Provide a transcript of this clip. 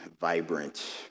vibrant